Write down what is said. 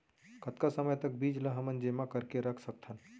कतका समय तक बीज ला हमन जेमा करके रख सकथन?